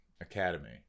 academy